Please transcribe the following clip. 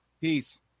Peace